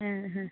ആ ഹാ